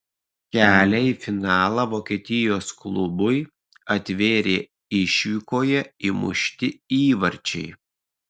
kelią į finalą vokietijos klubui atvėrė išvykoje įmušti įvarčiai